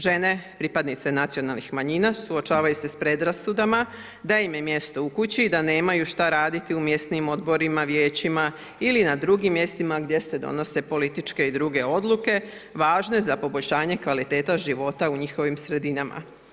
Žene, pripadnice nacionalnih manjina, suočavaju se s predrasudama da im je mjesto u kući i da nemaju šta raditi u mjesnim odborima, vijećamo ili na drugim mjestima gdje se donose političke i druge odluke, važne za poboljšanje kvalitete života u njihovim sredinama.